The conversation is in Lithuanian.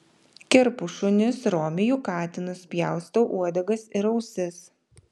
kerpu šunis romiju katinus pjaustau uodegas ir ausis